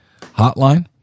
hotline